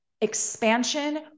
expansion